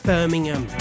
Birmingham